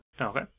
Okay